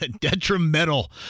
detrimental